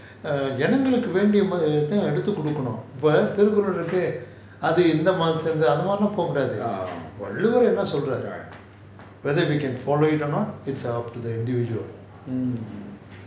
err ஜனங்களுக்கு வேண்டிய மாரி தான் எடுத்து குடுக்கணும் இப்போ திருக்குறள் இருக்கே அது இந்த மாதத்தை சேர்ந்தது அந்த மாரி லாம் போ கூடாது வள்ளுவர் என்ன சொல்றாரு:janangalukku vendiya maari thaan eduthu kudukanum ippo thirukkural irukae athu intha maathatha saernthathu antha maari laam po kudaathu valuvar enna solraaru whether we can follow it or not it is up to the individual